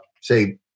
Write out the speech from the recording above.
say